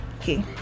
okay